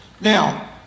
Now